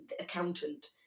accountant